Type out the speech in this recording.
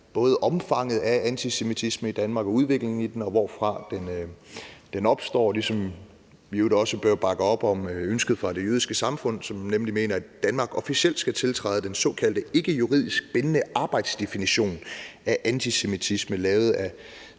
både omfanget af antisemitisme i Danmark, udviklingen i den, og hvorfra den opstår – ligesom vi i øvrigt også bør bakke op om ønsket fra Det Jødiske Samfund, som nemlig mener, at Danmark officielt skal tiltræde den såkaldte ikke juridisk bindende arbejdsdefinition af antisemitisme lavet af